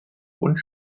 und